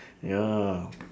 ya